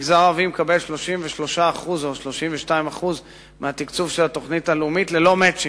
המגזר הערבי מקבל 32% או 33% מהתקצוב של התוכנית הלאומית ללא "מצ'ינג".